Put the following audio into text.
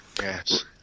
yes